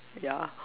ya